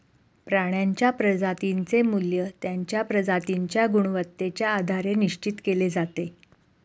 प्राण्यांच्या प्रजातींचे मूल्य त्यांच्या प्रजातींच्या गुणवत्तेच्या आधारे निश्चित केले जाते